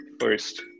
First